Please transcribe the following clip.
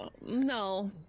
No